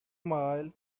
mile